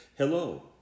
Hello